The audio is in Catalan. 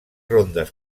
rondes